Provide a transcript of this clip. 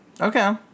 Okay